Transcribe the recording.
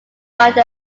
find